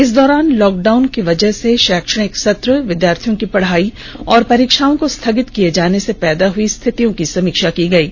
इस दौरान लॉकडाउन की वजह से शैक्षणिक सत्र विद्यार्थियों की पढ़ाई और परीक्षाओं को स्थगित किए जाने से पैदा हुई स्थितियों की समीक्षा की गयी